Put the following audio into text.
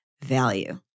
value